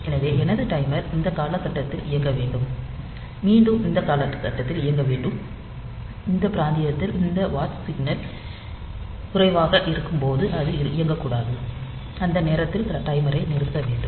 எனவே எனது டைமர் இந்த காலகட்டத்தில் இயங்க வேண்டும் மீண்டும் இந்த காலகட்டத்தில் இயங்க வேண்டும் இந்த பிராந்தியத்தில் இந்த வாட்ச் சிக்னல் குறைவாக இருக்கும்போது அது இயங்கக்கூடாது அந்த நேரத்தில் டைமரை நிறுத்த வேண்டும்